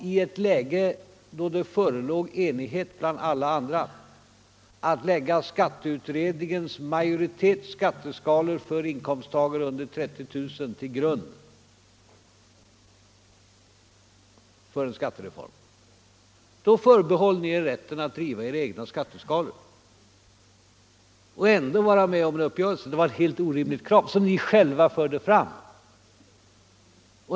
I ett läge då det förelåg enighet bland alla andra att lägga skatteutredningens majoritets skatteskalor för inkomsttagare under 30 000 kr. till grund för en skattereform, då förbehöll ni er rätten att driva era egna skatteskalor och ändå vara med om en uppgörelse. Det var ett orimligt krav som ni själva förde fram.